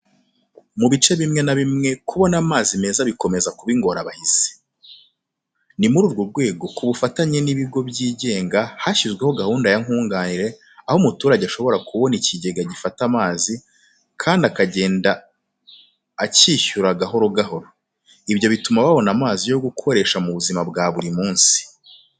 Mu bice bimwe na bimwe, kubona amazi meza bikomeza kuba ingorabahizi. Ni muri urwo rwego kubufatanye n'ibigo by'igenga hashyizweho gahunda ya nkunganire, aho umuturage ashobora kubona ikigega gifata amazi, kandi akagenda akishyura gahoro gahoro. Ibyo bituma babona amazi yo gukoresha mu buzima bwa buri munsi.